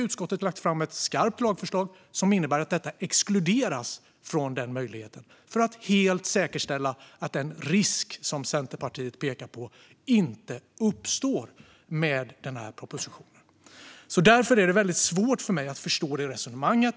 Utskottet har lagt fram ett skarpt lagförslag som innebär att detta exkluderas från den möjligheten för att helt säkerställa att den risk som Centerpartiet pekar på med denna proposition inte uppstår. Därför är det väldigt svårt för mig att förstå detta resonemang.